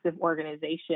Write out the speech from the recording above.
organization